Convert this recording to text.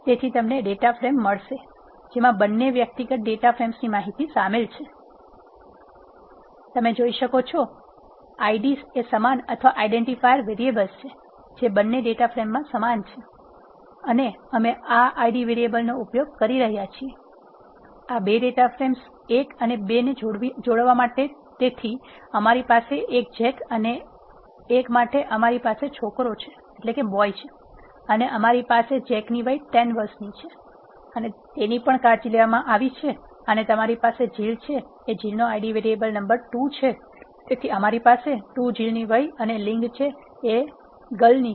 તેથી તમને data frame મળશે જેમાં બંને વ્યક્તિગત ડેટા ફ્રેમ્સની માહિતી શામેલ છે તમે જોઈ શકો છો Ids એ સમાન અથવા આઇડેંટીફાયર વેરિયેબલ્સ છે જે બંને ડેટા ફ્રેમમાં સમાન છે અને અમે આ Id વેરીએબલનો ઉપયોગ કરી રહ્યા છીએ આ 2 ડેટા ફ્રેમ્સ 1 અને 2 ને જોડવા માટે તેથી અમારી પાસે 1 જેક છે અને 1 માટે અમારી પાસે છોકરો છે અને અમારી પાસે જેક ની વય 10 વર્ષની છે અને તેની પણ કાળજી લેવામાં આવી છે અને તમારી પાસે જીલ છે અને જીલનો Id વેરીએબલ 2 છે તેથી અમારી પાસે 2 જીલ ની વય અને લિંગ છે